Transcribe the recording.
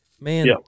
man